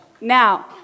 now